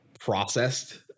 processed